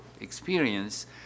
experience